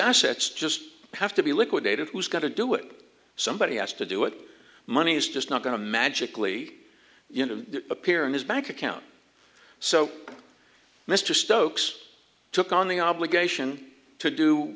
assets just have to be liquidated who's going to do it somebody has to do it money is just not going to magically appear in his bank account so mr stokes took on the obligation to do